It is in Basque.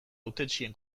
hautetsien